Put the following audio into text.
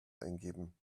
eingeben